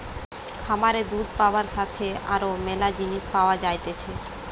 খামারে দুধ পাবার সাথে আরো ম্যালা জিনিস পাওয়া যাইতেছে